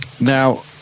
now